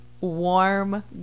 warm